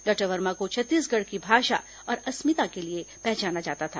doctor Verma को छत्तीसगढ़ की भाषा और अस्मिता के लिए पहचाना जाता था